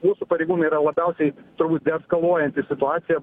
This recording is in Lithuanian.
mūsų pareigūnai yra labiausiai turbūt deeskaluojantys situaciją